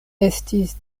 estis